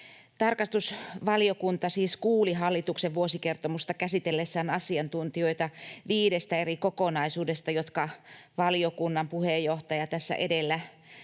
Tarkastusvaliokunta siis kuuli hallituksen vuosikertomusta käsitellessään asiantuntijoita viidestä eri kokonaisuudesta, jotka valiokunnan puheenjohtaja tässä edellä